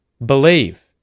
Believe